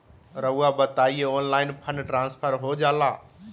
रहुआ बताइए online fund transfer हो जाला?